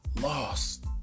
lost